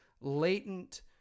latent